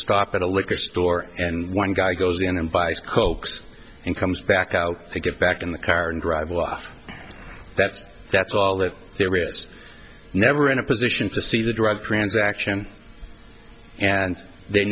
stop at a liquor store and one guy goes in and buys cokes and comes back out to get back in the car and drive off that's that's all that serious never in a position to see the drug transaction and they